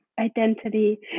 identity